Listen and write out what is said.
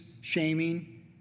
shaming